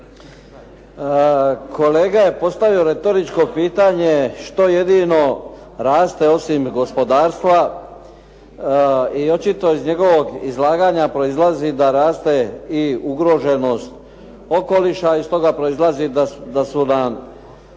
Kolega je postavio retoričko pitanje što jedino raste osim gospodarstva i očito iz njegovog izlaganja proizlazi da raste i ugroženost okoliša i iz toga proizlazi da nam